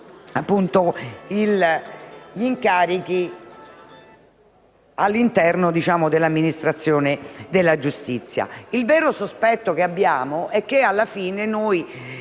ricoprire gli incarichi all'interno dell'amministrazione della giustizia. Il vero sospetto che abbiamo è che, alla fine, non